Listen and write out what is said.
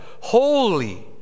Holy